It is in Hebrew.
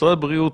משרד הבריאות,